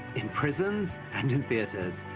in prisons and in theaters,